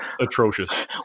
atrocious